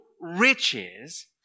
riches